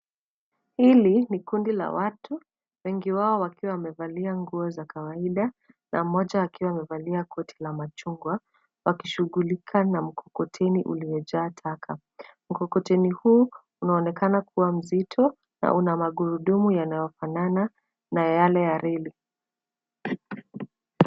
Hili ni kundi la watu wengi wao wakiwa wamevalia nguo za kawaida na mmoja akiwa amevalia koti la machungwa wakishughulika na mkokoteni uliojaa taka. Mkokoteni huu unaonekana kuwa mzito na una magurudumu yanayofanana na yale ya reli.